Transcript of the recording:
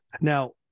now